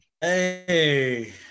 Hey